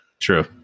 True